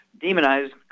demonized